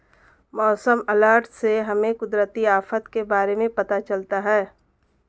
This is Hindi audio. मौसम अलर्ट से हमें कुदरती आफत के बारे में पता चलता है